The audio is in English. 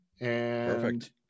Perfect